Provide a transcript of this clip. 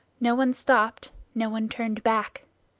no one stopped, no one turned back.